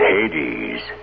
Hades